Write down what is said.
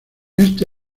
este